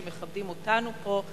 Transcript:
שמכבדים אותנו פה,